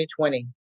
2020